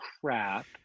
crap